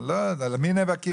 אבל לא, למי נאבקים?